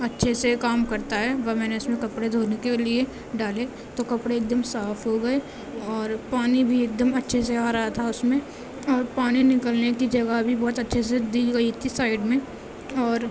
اچھے سے کام کرتا ہے وہ میں نے اس میں کپڑے دھونے کے لیے ڈالے تو کپڑے ایک دم صاف ہو گئے اور پانی بھی ایک دم اچھے سے آ رہا تھا اس میں اور پانی نکلنے کی جگہ بھی بہت اچھے سے دی گئی تھی سائیڈ میں اور